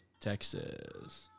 Texas